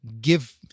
give